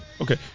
Okay